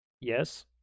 Yes